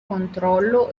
controllo